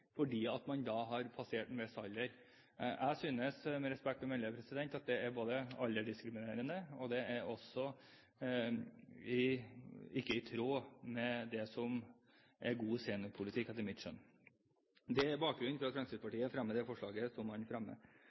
fordi de har passert en viss alder. Jeg synes med respekt å melde at det er aldersdiskriminerende, og det er ikke i tråd med god seniorpolitikk, etter mitt skjønn. Det er bakgrunnen for at Fremskrittspartiet fremmer det forslaget.